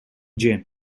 gin